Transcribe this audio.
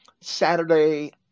Saturday